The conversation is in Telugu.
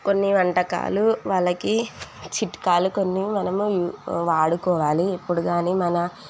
కొన్ని వంటకాలు వాళ్ళకి చిట్కాలు కొన్ని మనము వాడుకోవాలి ఎప్పుడు కానీ మన